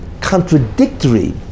contradictory